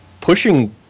pushing